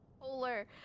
Polar